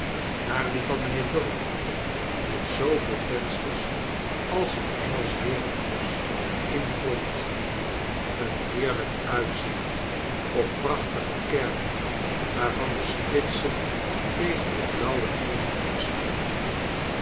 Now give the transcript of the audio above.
naar die van mijnheer dorrit met zooveel vensters als een engelsch heerenhuis in front een heerlijk uitzicht op prachtige kerken waarvan de spitsen tegen den blauwen hemel afstaken